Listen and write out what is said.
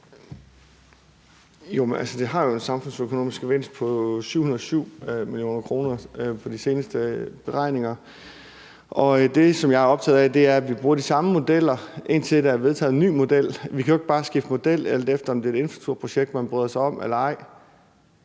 det har jo en samfundsøkonomisk gevinst på 707 mio. kr. med de seneste beregninger. Det, som jeg er optaget af, er, at vi bruger de samme modeller, indtil der er vedtaget en ny model. Vi kan jo ikke bare skifte model, alt efter om det er et infrastrukturprojekt, man bryder sig om eller ej.